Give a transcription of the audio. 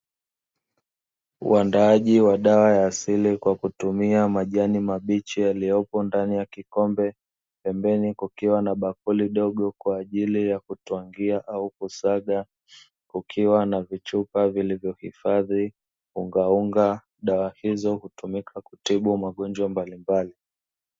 Uandaaji wa dawa ya asili kwa kutumia majani mabichi yaliyopo ndani ya kikombe, pembeni kukiwa na bakuli dogo kwa ajili ya kutwangia au kusaga, kukiwa na vichupa vilivyohifadhi ungaunga. Dawa hizo hutumika kutibu magonjwa mbalimbali.